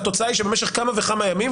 התוצאה היא שבמשך כמה וכמה ימים,